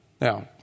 Now